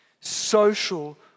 social